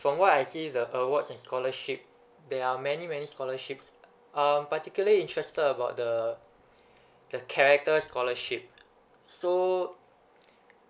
from what I see the awards and scholarship there are many many scholarships um particularly interested about the the character scholarship so